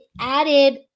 added